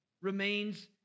remains